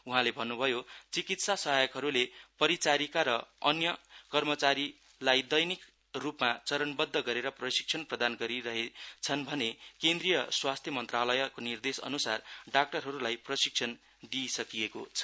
उहाँले भन्न्भयो चिकित्सा सहायकहरूले परिचारिका र अन्य कर्मचारीलाई दैनिक रूपमा चरणबद्ध गरेर प्रशिक्षण प्रदान गरिरहेछन् भने केन्द्रिय स्वास्थ्य मन्त्रालयको निर्देश अन्सार डाक्टरहरूलाई प्रशिक्षण दिइसकिएको छ